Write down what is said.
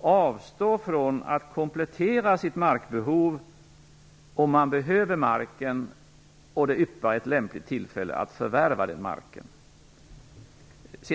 avstå från att komplettera sitt markbehov om den behöver marken och ett lämpligt tillfälle att förvärva marken yppar sig.